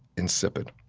insipid.